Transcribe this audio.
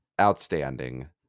outstanding